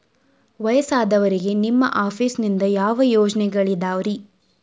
ವಯಸ್ಸಾದವರಿಗೆ ನಿಮ್ಮ ಆಫೇಸ್ ನಿಂದ ಯಾವ ಯೋಜನೆಗಳಿದಾವ್ರಿ?